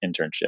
internship